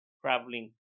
traveling